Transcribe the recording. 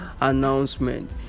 announcement